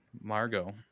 Margot